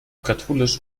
katholisch